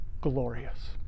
glorious